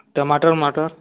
टमाटर वमाटर